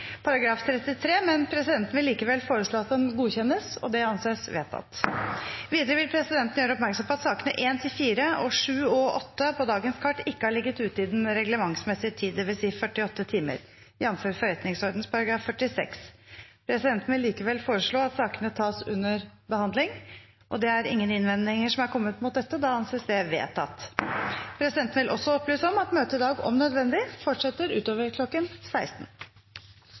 § 33, men presidenten vil likevel foreslå at den godkjennes. – Det anses vedtatt. Videre vil presidenten gjøre oppmerksom på at sakene nr. 1–4, 7 og 8 på dagens kart ikke har ligget ute i den reglementsmessige tiden, dvs. 48 timer, jf. forretningsordenens § 46. Presidenten vil likevel foreslå at sakene tas under behandling. – Ingen innvendinger er kommet mot dette, og det anses vedtatt. Presidenten vil opplyse om at møtet i dag om nødvendig fortsetter utover kl. 16.